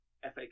FA